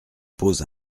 pose